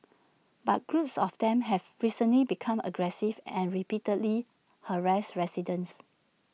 but groups of them have recently become aggressive and repeatedly harassed residents